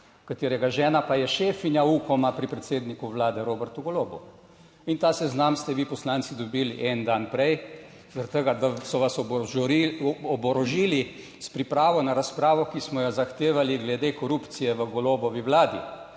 katerega žena pa je šefinja Ukoma pri predsedniku vlade Robertu Golobu. In ta seznam ste vi poslanci dobili en dan prej zaradi tega, da so vas oborožili s pripravo na razpravo, ki smo jo zahtevali glede korupcije v Golobovi vladi.